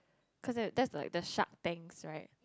cause it that's like the shark tanks right